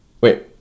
Wait